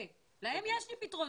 כן, להם יש לי פתרונות.